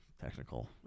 technical